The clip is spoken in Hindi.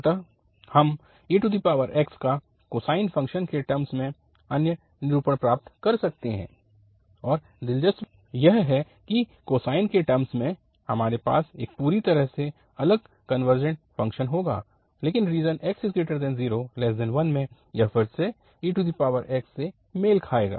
अतः हम ex का कोसाइन फ़ंक्शन्स के टर्मस में अन्य निरूपण प्राप्त कर सकते हैं और दिलचस्प बात यह है कि कोसाइन के टर्मस में हमारे पास एक पूरी तरह से अलग कनवर्जेंट फ़ंक्शन होगा लेकिन रीजन 0x1 में यह फिर से ex से मेल खाएगा